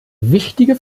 wichtige